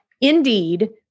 Indeed